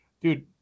dude